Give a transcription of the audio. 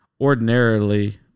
Ordinarily